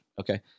Okay